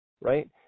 right